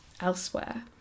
elsewhere